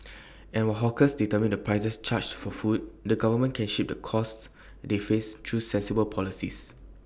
and while hawkers determine the prices charged for food the government can shape the costs they face through sensible policies